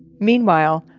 meanwhile,